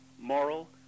moral